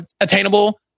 attainable